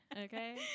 okay